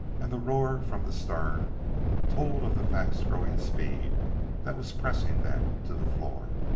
and the roar from the stern told of the fast-growing speed that was pressing them to the floor.